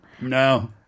No